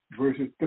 verses